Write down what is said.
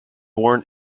born